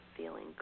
Feeling